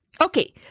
Okay